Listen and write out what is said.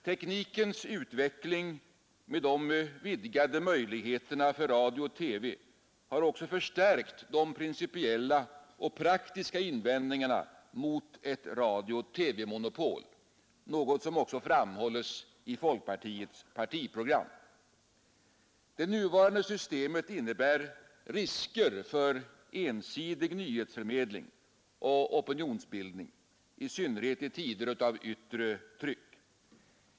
Teknikens utveckling med vidgade möjligheter för radio och TV har förstärkt de principiella och praktiska invändningarna mot ett radiooch TV-monopol, något som också framhålles i folkpartiets partiprogram. Det nuvarande systemet innebär risker för ensidig nyhetsförmedling och opinionsbildning, i synnerhet i tider av yttre tryck.